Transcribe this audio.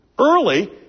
early